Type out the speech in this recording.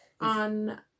On